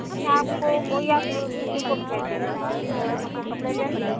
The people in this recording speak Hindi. देखिए आपको या को किसी को भेज देना हमको कपड़े लेने